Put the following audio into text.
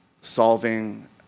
solving